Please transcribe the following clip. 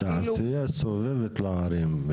תעשייה סובבת לערים.